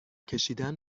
کشیدن